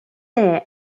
there